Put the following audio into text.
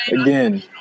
Again